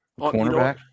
cornerback